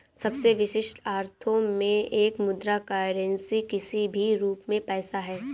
सबसे विशिष्ट अर्थों में एक मुद्रा करेंसी किसी भी रूप में पैसा है